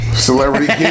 Celebrity